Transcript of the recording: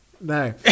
No